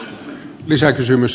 arvoisa puhemies